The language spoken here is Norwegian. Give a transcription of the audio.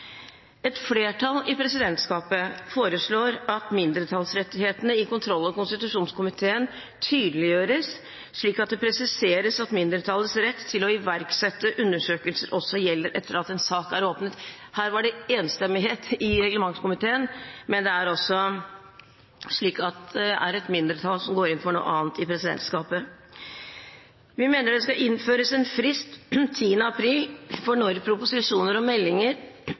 Et flertall i presidentskapet foreslår at mindretallsrettighetene i kontroll- og konstitusjonskomiteen tydeliggjøres, slik at det presiseres at mindretallets rett til å iverksette undersøkelser også gjelder etter at en sak er åpnet. Her var det enstemmighet i reglementskomiteen, men det er et mindretall som går inn for noe annet i presidentskapet. Vi mener det skal innføres en frist – 10. april – for når proposisjoner og meldinger